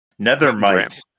Nethermite